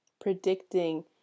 predicting